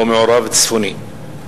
או "מעורב צפוני".